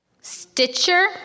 Stitcher